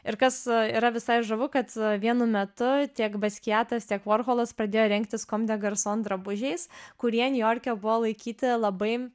ir kas yra visai žavu kad vienu metu tiek baskiatas tiek vorholas pradėjo rengtis comme des garcons drabužiais kurie niujorke buvo laikyti labai